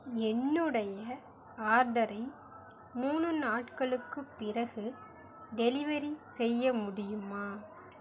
என்னுடைய ஆர்டரை மூணு நாட்களுக்குப் பிறகு டெலிவரி செய்ய முடியுமா